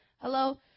Hello